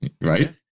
right